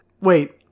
Wait